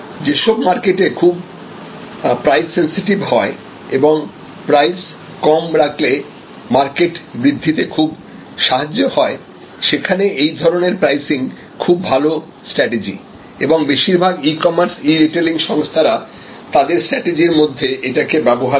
যেসব মার্কেট খুব price sensitive হয় এবং প্রাইস কম রাখলে মার্কেট বৃদ্ধিতে খুব সাহায্য হয় সেখানে এই ধরনের প্রাইসিং খুব ভালো স্ট্যাটেজি এবং বেশিরভাগ ই কমার্স ই রিটেইলিং সংস্থারা তাদের স্ট্র্যাটেজির মধ্যে এটা কে ব্যবহার করে